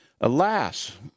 Alas